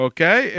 Okay